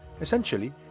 Essentially